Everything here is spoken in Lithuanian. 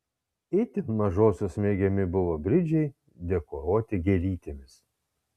itin mažosios mėgiami buvo bridžiai dekoruoti gėlytėmis